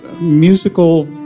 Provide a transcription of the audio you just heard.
musical